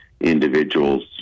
individuals